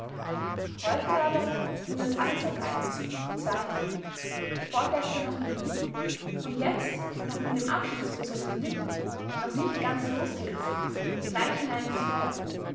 heute aber ging das alles auf eins zwei vorgestern noch in wien und jetzt noch mit dem abschiedskuß auf den lippen noch nicht ganz losgerissen gleich hinein ins feuer